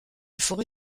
forêt